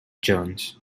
jonze